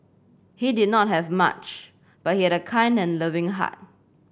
he did not have much but he had a kind and loving heart